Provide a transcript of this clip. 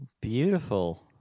Beautiful